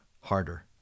harder